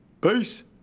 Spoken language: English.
Peace